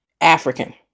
African